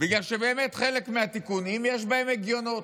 בגלל שבאמת חלק מהתיקונים יש בהם היגיון.